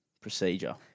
procedure